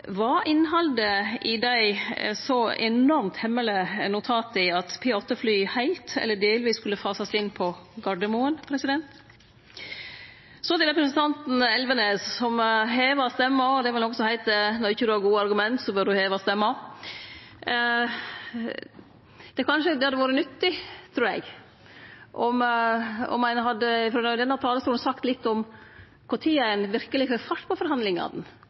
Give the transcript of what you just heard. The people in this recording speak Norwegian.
Var innhaldet i dei så enormt hemmelege notata at P8-flya heilt eller delvis skulle fasast inn på Gardermoen? Så til representanten Elvenes, som hever stemma: Det er vel noko som heiter at når ein ikkje har gode argument, så bør ein heve stemma. Det hadde kanskje vore nyttig, trur eg, om ein frå denne talarstolen hadde sagt litt om kva tid ein verkeleg fekk fart på forhandlingane